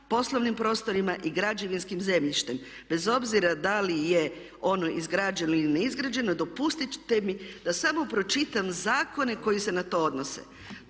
poslovnim prostorima i građevinskim zemljištem bez obzira da li je ono izgrađeno ili neizgrađeno dopustite mi da samo pročitam zakone koji se na to odnose.